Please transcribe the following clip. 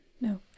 No